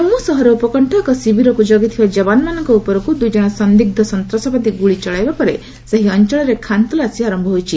Jammu search Jammu ସହର ଉପକଣ୍ଠ ଏକ ଶିବିରକୁ ଜଗିଥିବା ଯବାନମାନଙ୍କ ଉପରକୁ ଦୁଇଜଣ ସନ୍ଦିଗ୍ନ ସନ୍ତାସବାଦୀ ଗୁଳି ଚଳାଇବା ପରେ ସେହି ଅଞ୍ଚଳରେ ଖାନ୍ତଲାସି ଆରମ୍ଭ ହୋଇଛି